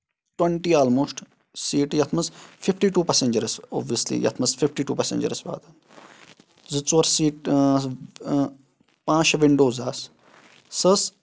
تویٹی almost سیٖٹہٕ یَتھ منٛز فِفٹی ٹوٗ پیسینجٲرٕس اوبویسلی یَتھ منٛز فِفٹی ٹوٗ پیسینجٲرٕس واتن زٕ ژور سیٖٹہٕ پانٛژھ شےٚ وِنڈوز آسہٕ سۄ ٲسۍ